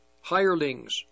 hirelings